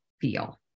feel